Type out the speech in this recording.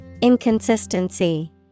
Inconsistency